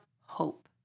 hope